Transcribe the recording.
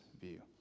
view